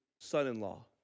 son-in-law